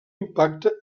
impacte